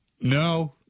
No